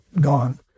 gone